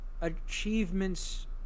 achievements